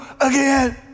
again